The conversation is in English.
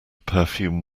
perfume